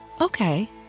Okay